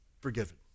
forgiven